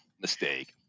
mistake